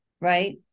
right